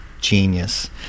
genius